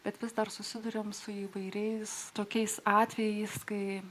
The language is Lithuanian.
bet vis dar susiduriame su įvairiais tokiais atvejais kai